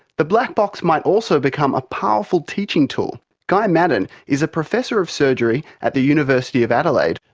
the black box might also become a powerful teaching tool. guy maddern is a professor of surgery at the university of adelaide.